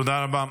תודה רבה.